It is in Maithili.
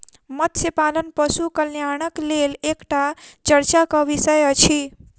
मत्स्य पालन पशु कल्याणक लेल एकटा चर्चाक विषय अछि